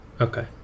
okay